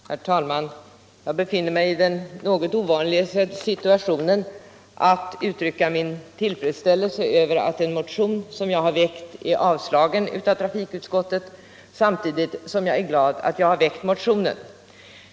Herr talman! Jag befinner mig i den något ovanliga situationen att jag vill uttrycka min tillfredsställelse över att en motion som jag har väckt blivit avstyrkt av trafikutskottet, samtidigt som jag är glad att jag har väckt motionen.